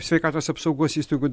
sveikatos apsaugos įstaigų